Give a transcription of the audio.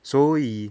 所以